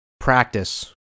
practice